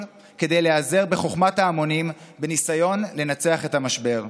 כדי להיעזר בחוכמת ההמונים בניסיון לנצח את המשבר.